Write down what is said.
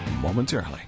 momentarily